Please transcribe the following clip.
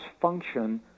function